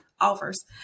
offers